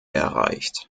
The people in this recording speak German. erreicht